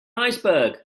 iceberg